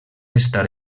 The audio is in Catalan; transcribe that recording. estar